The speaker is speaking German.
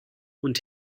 und